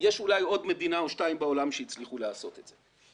יש אולי עוד מדינה או שתיים בעולם שהצליחה לעשות את זה.